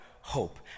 hope